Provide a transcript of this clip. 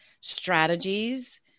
strategies